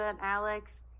Alex